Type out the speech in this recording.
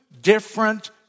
different